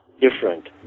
different